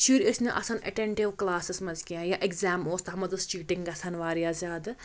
شُرۍ ٲسۍ نہٕ آسان ایٚٹٮ۪نٹِو کٕلاسَس منٛز کینٛہہ یا ایٚکزام اوس تَتھ منٛز ٲس چیٖٹِنٛگ گژھان واریاہ زیادٕ